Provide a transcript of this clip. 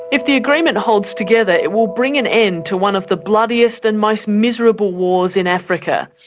if the agreement holds together it will bring an end to one of the bloodiest and most miserable wars in africa.